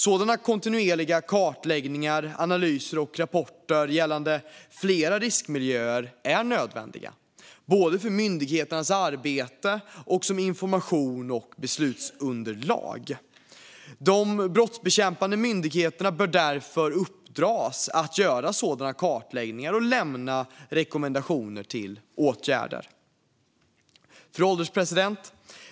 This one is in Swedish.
Sådana kontinuerliga kartläggningar, analyser och rapporter gällande flera riskmiljöer är nödvändiga, både för myndigheternas arbete och som information och beslutsunderlag. De brottsbekämpande myndigheterna bör därför få i uppdrag att göra sådana kartläggningar och lämna rekommendationer till åtgärder. Fru ålderspresident!